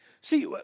See